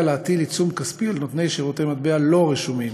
להטיל עיצום כספי על נותני שירותי מטבע לא רשומים.